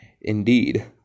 Indeed